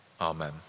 Amen